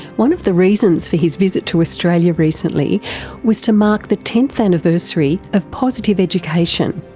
one of the reasons for his visit to australia recently was to mark the tenth anniversary of positive education,